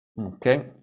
Okay